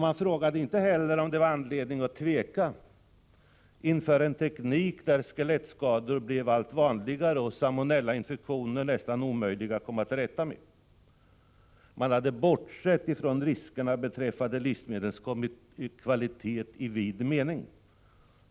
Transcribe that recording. Man frågade inte heller om det var anledning att tveka inför en teknik där skelettskador blev allt vanligare och salmonellainfektioner nästan omöjliga att komma till rätta med. Man hade bortsett från riskerna beträffande livsmedlens kvalitet i vid mening.